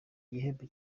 gihembo